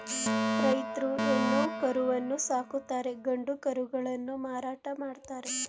ರೈತ್ರು ಹೆಣ್ಣು ಕರುವನ್ನು ಸಾಕುತ್ತಾರೆ ಗಂಡು ಕರುಗಳನ್ನು ಮಾರಾಟ ಮಾಡ್ತರೆ